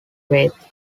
faith